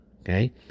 okay